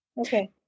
okay